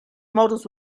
models